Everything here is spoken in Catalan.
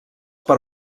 per